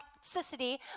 toxicity